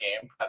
game